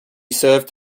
served